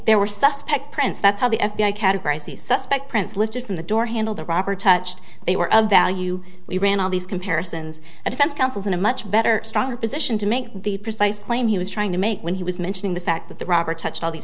there were suspect prints that's how the f b i categorized the suspect prints lifted from the door handle the wrapper touched they were of value we ran all these comparisons a defense counsel's in a much better stronger position to make the precise claim he was trying to make when he was mentioning the fact that the robber touched all the